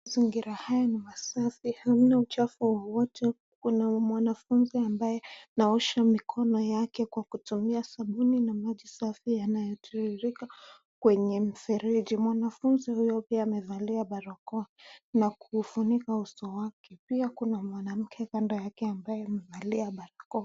Mazingira haya ni masafi, hamna uchafu wowote. Kuna mwanafunzi ambaye anaosha mikono yake kwa kutumia sabuni na maji safi yanayotiririka kwenye mfereji. Mwanafunzi huyo pia amevalia barakoa na kuufunika uso wake. Pia kuna mwanamke kando yake ambaye amevalia barakoa.